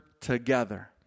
together